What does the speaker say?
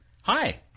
Hi